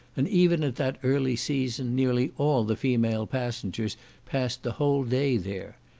and even at that early season, nearly all the female passengers passed the whole day there.